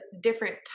different